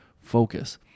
focus